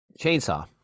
chainsaw